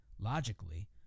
Logically